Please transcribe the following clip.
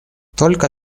только